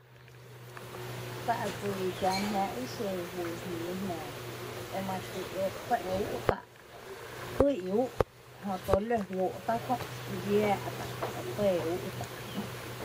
Tá' dsii kián jnⱥⱥ' tá dsa ixen juyy jmíií jnaa emary ti e tɇ' úú' tá', jý'n úú' jöto lǿ juóó' tá' kö', yⱥⱥ' tá' kö' e tɇɇ úú' tá'